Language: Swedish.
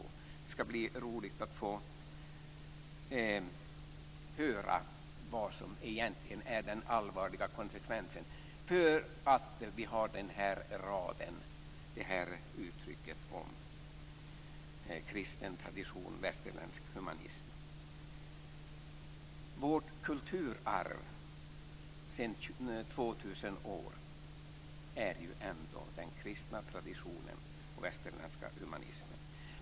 Det ska bli roligt att höra vad som egentligen är den allvarliga konsekvensen av att vi har den här raden, det här uttrycket om kristen tradition och västerländska humanism. Vårt kulturarv sedan 2 000 år är ju ändå den kristna traditionen och den västerländska humanismen.